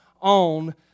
on